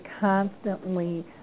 constantly